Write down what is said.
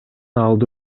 алды